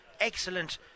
excellent